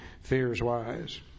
fears-wise